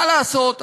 מה לעשות,